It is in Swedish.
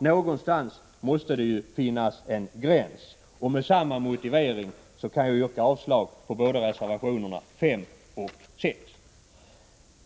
Någonstans måste det ju finnas en gräns, och med samma motivering kan jag yrka avslag på reservationerna 5 och 6.